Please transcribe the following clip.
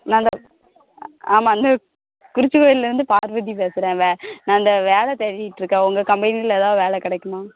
நான் இந்த ஆமாம் இந்த குறிச்சிக்கோயில்லேருந்து பார்வதி பேசுகிறேன் வே நான் இந்த வேலை தேடிட்டுருக்கேன் உங்கள் கம்பெனியில எதாவது வேலை கிடைக்குமா